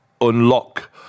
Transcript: unlock